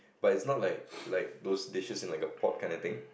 but it's not like like those dishes in a pot kind of thing